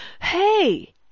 Hey